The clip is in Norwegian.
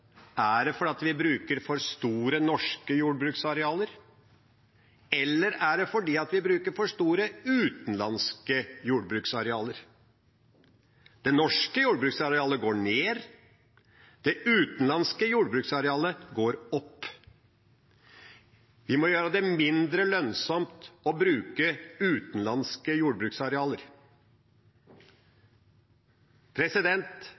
Er det fordi vi bruker for store norske jordbruksarealer, eller er det fordi vi bruker for store utenlandske jordbruksarealer? Det norske jordbruksarealet går ned, det utenlandske jordbruksarealet går opp. Vi må gjøre det mindre lønnsomt å bruke utenlandske